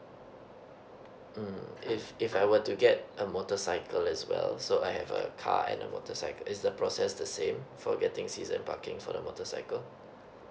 mm if if I were to get a motorcycle as well so I have a car and a motorcycle is the process the same for getting season parking for the motorcycle